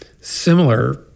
similar